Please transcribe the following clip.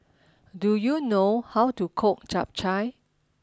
do you know how to cook Chap Chai